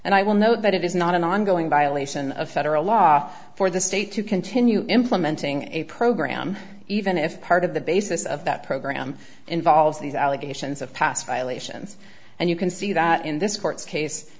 and i will note that it is not an ongoing violation of federal law for the state to continue implementing a program even if part of the basis of that program involves these allegations of past violations and you can see that in this court's case